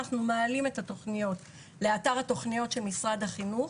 אנחנו מעלים את התוכניות לאתר התוכניות של משרד החינוך